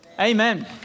Amen